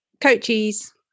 Coaches